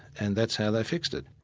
and that's how they fixed it.